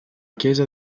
chiesa